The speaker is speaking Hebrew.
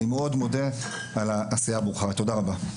אני מאוד מודה על העשייה הברוכה, תודה רבה.